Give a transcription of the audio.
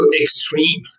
extreme